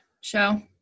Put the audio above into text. show